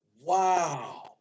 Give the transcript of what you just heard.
Wow